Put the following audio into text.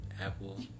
Apple